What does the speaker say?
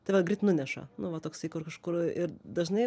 tave greit nuneša nu va toksai kur kažkur ir dažnai